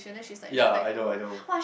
ya I know I know